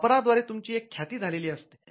वापराद्वारे तुमची एक ख्याती झालेली असते